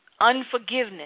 unforgiveness